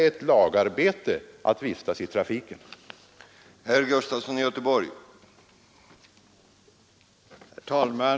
Detta att vistas i trafiken är ett lagarbete.